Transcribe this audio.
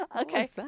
Okay